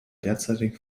derzeitigen